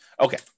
Okay